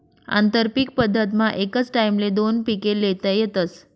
आंतरपीक पद्धतमा एकच टाईमले दोन पिके ल्हेता येतस